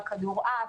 בכדורעף,